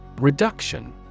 Reduction